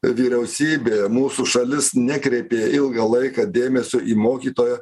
vyriausybė mūsų šalis nekreipė ilgą laiką dėmesio į mokytoją